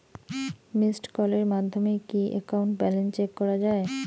Missed কলের মাধ্যমে কি একাউন্ট ব্যালেন্স চেক করা যায়?